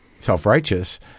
self-righteous